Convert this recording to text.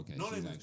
okay